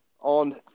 on